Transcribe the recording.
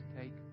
take